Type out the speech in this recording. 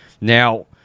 Now